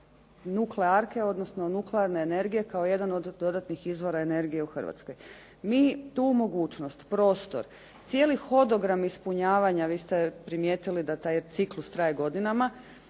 nuklearke, odnosno nuklearne energije kao jedan od dodatnih izvora energije u Hrvatskoj. Mi tu mogućnost, prostor, cijeli hodogram ispunjavanja, vi ste primijetili da taj ciklus traje godinama,